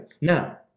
Now